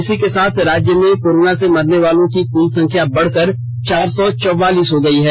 इसी के साथ राज्य में कोरोना से मरनेवालों की कुल संख्या बढ़कर चार सौ चौवालीस हो गयी है